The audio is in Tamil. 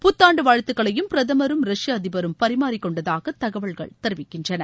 புத்தான்டு வாழ்த்துகளையும் பிரதமரும் ரஷ்ய அதிபரும் பரிமாறி கொண்டதாக தகவல்கள் தெரிவிக்கின்றன